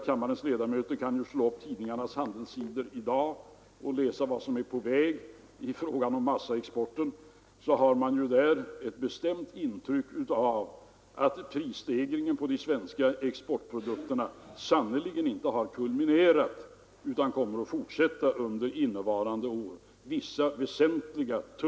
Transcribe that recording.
Kammarens ledamöter kan slå upp tidningarnas handelssidor i dag och där läsa om vad som är på väg i fråga om massaexporten. Man får ett bestämt intryck av att prisstegringen på vissa väsentliga, tunga, svenska exportprodukter sannerligen inte har kulminerat utan kommer att fortsätta under innevarande år.